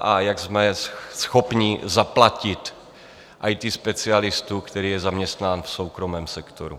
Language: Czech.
a jak jsme schopni zaplatit IT specialistu, který je zaměstnán v soukromém sektoru.